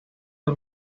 del